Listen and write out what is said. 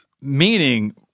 meaning